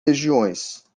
regiões